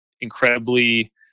incredibly